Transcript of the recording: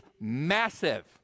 massive